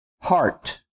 heart